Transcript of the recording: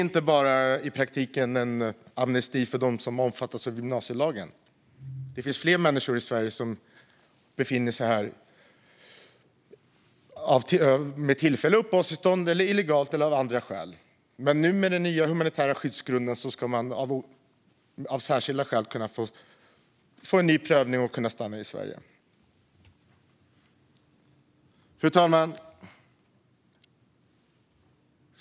Det är i praktiken en amnesti inte bara för dem som omfattas av gymnasielagen, för det finns fler människor som befinner sig i Sverige med tillfälligt uppehållstillstånd, illegalt eller av andra skäl. Nu med den nya humanitära skyddsgrunden ska de som har särskilda skäl kunna få en ny prövning och stanna i Sverige. Fru talman!